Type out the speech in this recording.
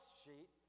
sheet